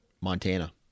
Montana